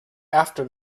after